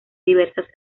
diversas